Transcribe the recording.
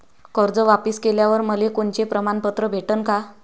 कर्ज वापिस केल्यावर मले कोनचे प्रमाणपत्र भेटन का?